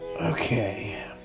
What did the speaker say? Okay